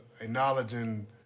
acknowledging